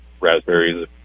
raspberries